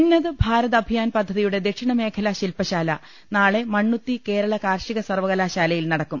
ഉന്നത് ഭാരത് അഭിയാൻ പദ്ധതിയുടെ ദക്ഷിണ മേഖല ശിൽപശാല നാളെ മണ്ണൂത്തി കേരള കാർഷിക സർവ്വകലാശാലയിൽ നടക്കും